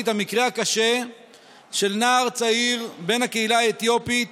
את המקרה הקשה של נער צעיר בן הקהילה האתיופית